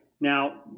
now